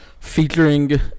featuring